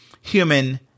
human